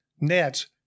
nets